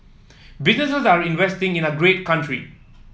business are investing in our great country